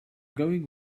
going